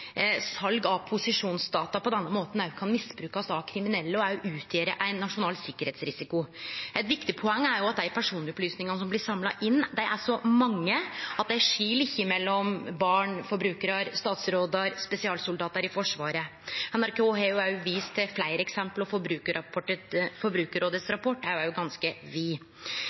sal av posisjonsdata på denne måten òg kan misbrukast av kriminelle og òg utgjere ein nasjonal sikkerheitsrisiko. Eit viktig poeng er jo at dei personopplysningane som blir samla inn, er så mange at ein ikkje skil mellom barn, forbrukarar, statsrådar, spesialsoldatar i Forsvaret. NRK har vist til fleire eksempel på dette, og Forbrukarrådets rapport er òg ganske